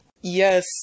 Yes